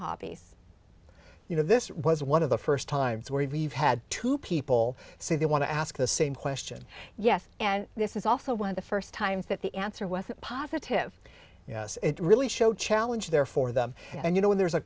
hobbies you know this was one of the first times where we've had two people say they want to ask the same question yes and this is also one of the first times that the answer wasn't positive yes it really showed challenge there for them and you know when there's a